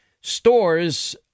stores